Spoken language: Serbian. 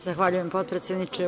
Zahvaljujem, potpredsedniče.